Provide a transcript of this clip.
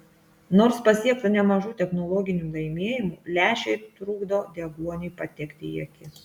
nors pasiekta nemažų technologinių laimėjimų lęšiai trukdo deguoniui patekti į akis